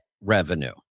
revenue